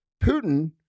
Putin